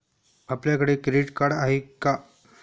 आपल्याकडे credit card आहे का?